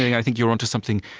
i think you're onto something